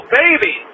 baby